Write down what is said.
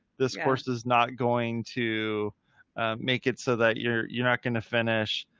this course is not going to make it so that you're, you're not going to finish.